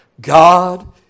God